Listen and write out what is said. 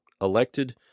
elected